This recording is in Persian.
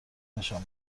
نشان